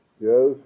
Yes